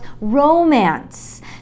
romance